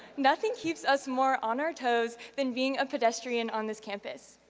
nothing keeps us more on our toes than being a pedestrian on this campus,